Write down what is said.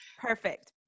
Perfect